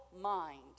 mind